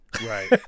right